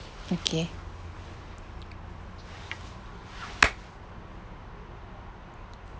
okay